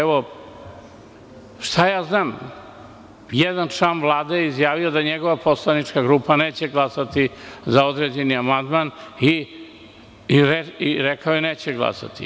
Evo, jedan član Vlade je izjavio da njegova poslanička grupa neće glasati za određeni amandman i rekao je neće glasati.